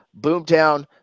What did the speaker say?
Boomtown